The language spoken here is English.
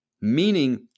Meaning